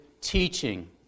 teaching